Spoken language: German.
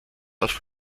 auf